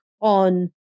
on